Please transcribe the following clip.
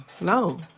No